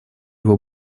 его